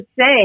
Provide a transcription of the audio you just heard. say